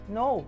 no